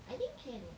I think can eh